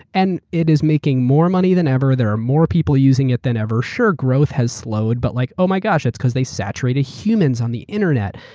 and it is making more money than ever. there are more people using it than ever. sure growth has slowed, but like um like ah it's because they saturated humans on the internet.